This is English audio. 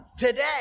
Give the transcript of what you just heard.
today